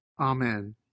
Amen